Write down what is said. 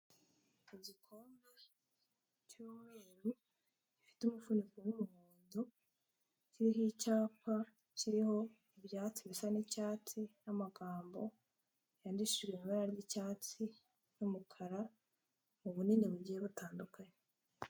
Igikombe cy'umweru gifite umuvuniko w'umuhondo, kiriho cyapa kiriho ibyatsi bisa n'icyatsi n'amagambo yandikishijwe ibara ry'icyatsi n'umukara mu bunini mugiye batandukanye.